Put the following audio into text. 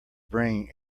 bring